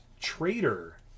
Traitor